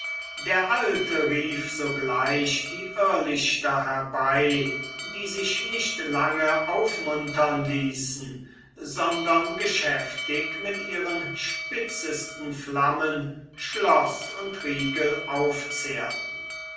der alte rief sogleich die irrlichter herbei die sich nicht lange aufmuntern ließen sondern geschäftig mit ihren spitzesten flammen schloß und riegel aufzehrten